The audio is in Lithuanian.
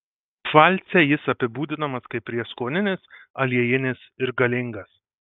pfalce jis apibūdinamas kaip prieskoninis aliejinis ir galingas